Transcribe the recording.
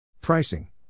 Pricing